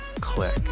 click